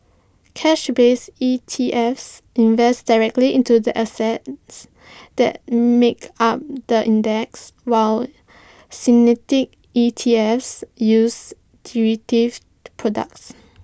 cash based E T Fs invest directly into the assets that make up the index while synthetic E T Fs use derivative products